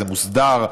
זה מוסדר.